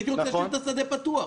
הייתי רוצה להשאיר את השדה פתוח.